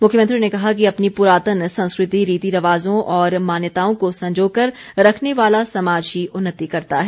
मुख्यमंत्री ने कहा कि अपनी पुरातन संस्कृति रीति रिवाज़ों और मान्यताओं को संजोकर रखने वाला समाज ही उन्नति करता है